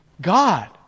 God